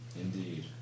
Indeed